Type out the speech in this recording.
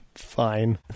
fine